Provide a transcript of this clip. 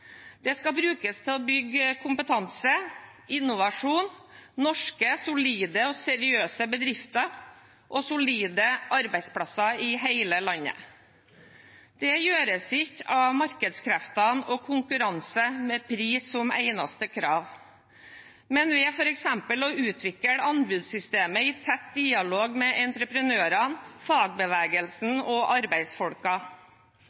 Det skal brukes til å bygge kompetanse, innovasjon, norske solide og seriøse bedrifter og solide arbeidsplasser i hele landet. Det gjøres ikke av markedskreftene og konkurranse, med pris som eneste krav, men ved f.eks. å utvikle anbudssystemet i tett dialog med entreprenørene,